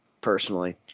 personally